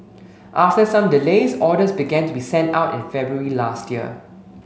after some delays orders began to be sent out in February last year